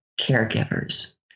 caregivers